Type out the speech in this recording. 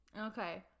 Okay